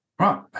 Right